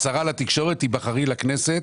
הצהרה לתקשורת תיבחרי לכנסת,